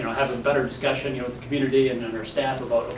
have a better discussion and yeah with the community and then our staff about,